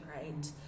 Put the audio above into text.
right